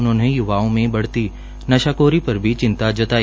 उन्होंने य्वाओं में बढ़ती नशाखोरी पर भी चिंता जताई